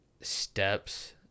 steps